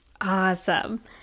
Awesome